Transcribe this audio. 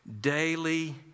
daily